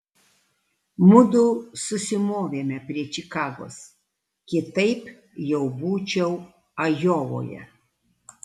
mudu susimovėme prie čikagos kitaip jau būčiau ajovoje